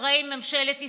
לשרי ממשלת ישראל: